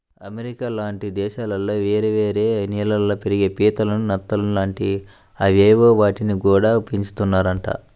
America లాంటి దేశాల్లో వేరే వేరే నీళ్ళల్లో పెరిగే పీతలు, నత్తలు లాంటి అవేవో వాటిని గూడా పెంచుతున్నారంట